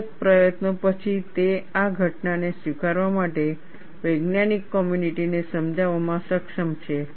સતત પ્રયત્નો પછી તે આ ઘટનાને સ્વીકારવા માટે વૈજ્ઞાનિક કોમ્યુનિટીને સમજાવવામાં સક્ષમ છે